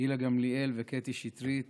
גילה גמליאל וקטי שטרית